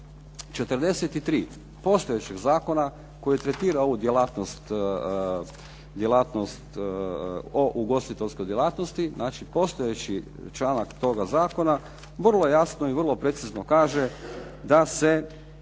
43. postojećeg zakona koji tretira ovu djelatnost o ugostiteljskoj djelatnosti, znači postojeći članak toga zakona vrlo jasno i vrlo precizno kaže da se